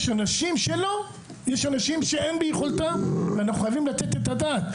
יש אנשים שאין ביכולתם ואנחנו חייבים לתת את הדעת.